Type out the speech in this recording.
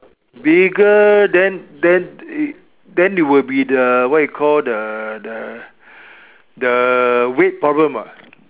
bigger then then then it will be the what you call the the the weight problem ah